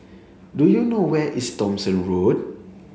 do you know where is Thomson Road